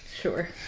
Sure